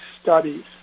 studies